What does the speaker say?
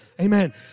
Amen